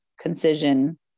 concision